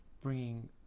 bringing